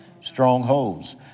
Strongholds